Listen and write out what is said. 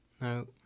No